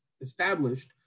established